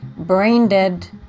Braindead